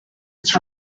its